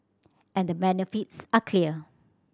and the benefits are clear